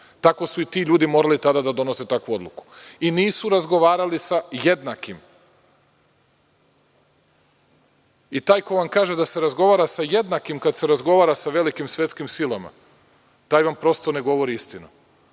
Tako su i ti ljudi morali tada da donose takvu odluku, i nisu razgovarali sa jednakim i taj ko vam kaže da se razgovara sa jednakim kad se razgovara sa velikim svetskim silama taj vam ne govori istinu.